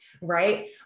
Right